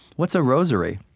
what's a rosary?